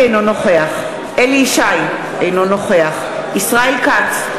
אינו נוכח אליהו ישי, אינו נוכח ישראל כץ,